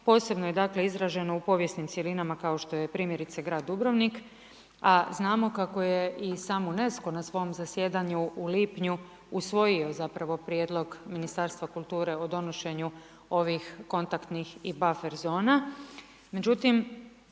posebno je dakle izraženo u povijesnim cjelinama kao što je primjerice grad Dubrovnik. A znamo kako je i sam UNESCO na svom zasjedanju u lipnju usvojio zapravo prijedlog Ministarstva kulture o donošenju ovih kontaktnih i buffer zona.